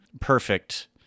perfect